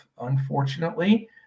unfortunately